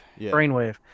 Brainwave